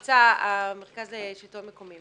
ממליץ המרכז לשלטון מקומי.